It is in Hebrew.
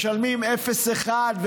משלמים 0.1%,